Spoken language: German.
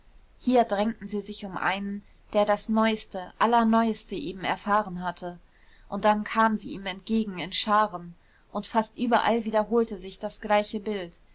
hier drängten sie sich um einen der das neuste allerneuste eben erfahren hatte und dann kamen sie ihm entgegen in scharen und fast überall wiederholte sich das gleiche bild